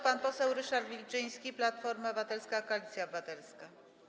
Pan poseł Ryszard Wilczyński, Platforma Obywatelska - Koalicja Obywatelska.